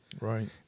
Right